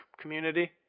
community